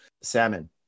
salmon